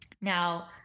Now